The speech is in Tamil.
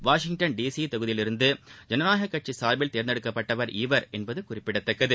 வாஷிங்டன் டிசி தொகுதியிலிருந்து ஜனநாயகக் கட்சி சார்பில் தேர்ந்தெடுக்கப்பட்டவர் இவர் என்பது குறிப்பிடத்தக்கது